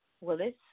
Willis